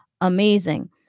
amazing